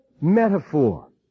metaphor